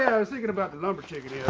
i was thinking about the lumber chicken yeah